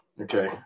okay